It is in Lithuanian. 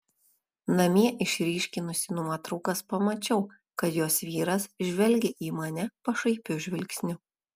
namie išryškinusi nuotraukas pamačiau kad jos vyras žvelgia į mane pašaipiu žvilgsniu